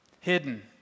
hidden